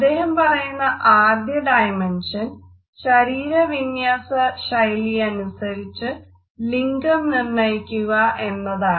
അദ്ദേഹം പറയുന്ന ആദ്യ ഡൈമെൻഷൻ ശരീരവിന്യസന ശൈലിയനുസരിച്ച് ലിംഗം നിർണ്ണയിക്കുക എന്നതാണ്